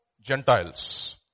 Gentiles